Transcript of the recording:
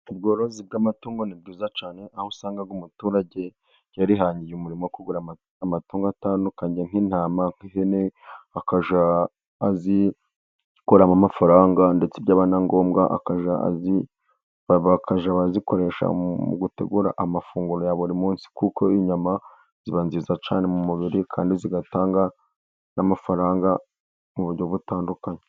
Ubworozi bw'amatungo ni bwiza cyane, aho usanga umuturage yarihangiye umurimo wo kugura amatungo atandukanye nk'intama, ihene, azikuramo amafaranga ndetse byaba na ngombwa bakajya bazikoresha mu gutegura amafunguro ya buri munsi, kuko inyama ziba nziza cyane mu mubiri kandi zigatanga n'amafaranga mu buryo butandukanye.